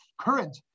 current